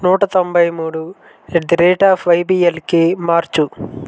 నూట తొంభై మూడు యట్ ది రేట్ ఆఫ్ వైబీఎల్కి మార్చు